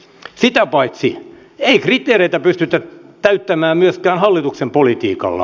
sitä paitsi ei kriteereitä pystytä täyttämään myöskään hallituksen politiikalla